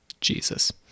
Jesus